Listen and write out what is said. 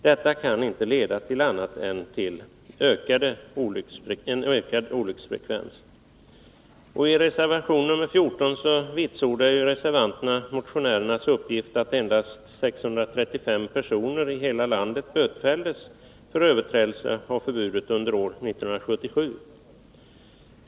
Detta kan inte leda till annat än ökad olycksfrekvens. I reservation 14 vitsordar reservanterna motionärernas uppgift att endast 635 personer i hela landet bötfälldes för överträdelse av förbudet under år 1977.